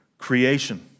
creation